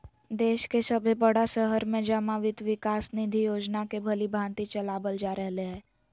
देश के सभे बड़ा शहर में जमा वित्त विकास निधि योजना के भलीभांति चलाबल जा रहले हें